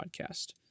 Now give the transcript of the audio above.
podcast